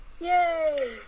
Yay